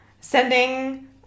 sending